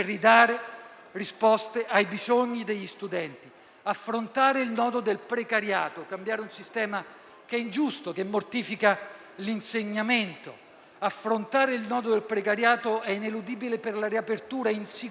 risposte ai bisogni degli studenti, affrontare il nodo del precariato, cambiando un sistema che è ingiusto e mortifica l'insegnamento. Affrontare il nodo del precariato è ineludibile per la riapertura in sicurezza